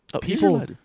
people